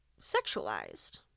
sexualized